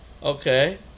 Okay